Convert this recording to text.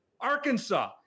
Arkansas